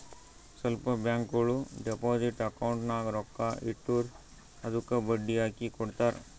ಸ್ವಲ್ಪ ಬ್ಯಾಂಕ್ಗೋಳು deposit account ನಾಗ್ ರೊಕ್ಕಾ ಇಟ್ಟುರ್ ಅದ್ದುಕ ಬಡ್ಡಿ ಹಾಕಿ ಕೊಡ್ತಾರ್